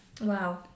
Wow